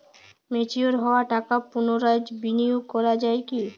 Mature হওয়া টাকা পুনরায় বিনিয়োগ করা য়ায় কি?